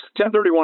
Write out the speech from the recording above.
1031